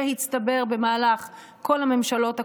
שהצטבר במהלך כל הממשלות הקודמות,